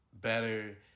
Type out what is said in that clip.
better